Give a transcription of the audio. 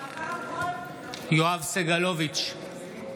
יואב סגלוביץ'